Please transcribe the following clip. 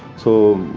so